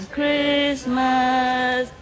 Christmas